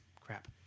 crap